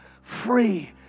free